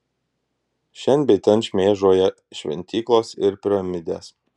šen bei ten šmėžuoja šventyklos ir piramidės